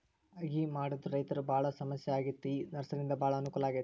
ಅಗಿ ಮಾಡುದ ರೈತರು ಬಾಳ ಸಮಸ್ಯೆ ಆಗಿತ್ತ ಈ ನರ್ಸರಿಯಿಂದ ಬಾಳ ಅನಕೂಲ ಆಗೈತಿ